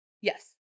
Yes